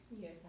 Yes